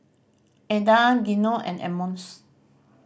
Eda Gino and Emmons